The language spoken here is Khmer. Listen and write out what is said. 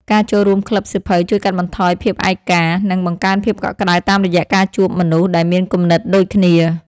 ការចូលរួមក្លឹបសៀវភៅជួយកាត់បន្ថយភាពឯកា និងបង្កើនភាពកក់ក្ដៅតាមរយៈការជួបមនុស្សដែលមានគំនិតដូចគ្នា។